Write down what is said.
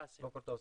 בוקר טוב.